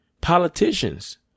politicians